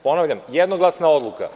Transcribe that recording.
Ponavljam, jednoglasna odluka.